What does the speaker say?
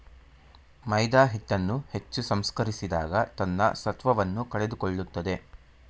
ಮೈದಾಹಿಟ್ಟನ್ನು ಹೆಚ್ಚು ಸಂಸ್ಕರಿಸಿದಾಗ ತನ್ನ ಸತ್ವವನ್ನು ಕಳೆದುಕೊಳ್ಳುತ್ತದೆ